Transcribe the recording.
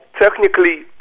technically